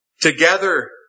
Together